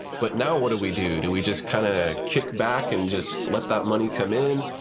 but now what do we do? do we just kind of kick back and just let that money come in?